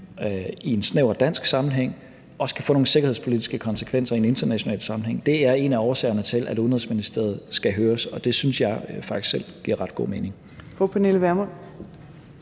i en snæver dansk sammenhæng, kan få nogle sikkerhedspolitiske konsekvenser i en international sammenhæng. Det er en af årsagerne til, at Udenrigsministeriet skal høres, og det synes jeg faktisk selv giver ret god mening.